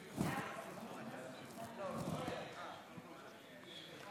בקריאה ראשונה על הצעת חוק העונשין (תיקון מס'